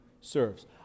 serves